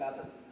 others